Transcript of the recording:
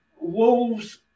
Wolves